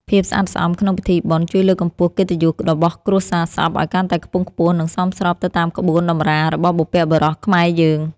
ភាពស្អាតស្អំក្នុងពិធីបុណ្យជួយលើកកម្ពស់កិត្តិយសរបស់គ្រួសារសពឱ្យកាន់តែខ្ពង់ខ្ពស់ និងសមស្របទៅតាមក្បួនតម្រារបស់បុព្វបុរសខ្មែរយើង។